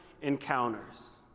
encounters